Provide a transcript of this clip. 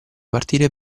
partire